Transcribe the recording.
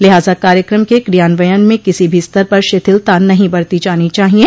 लिहाजा कार्यक्रम के क्रियान्वयन में किसी भी स्तर पर शिथिलता नहीं बरती जानी चाहिये